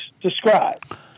described